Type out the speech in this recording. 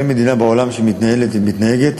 אין מדינה בעולם שמתנהלת ומתנהגת